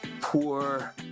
poor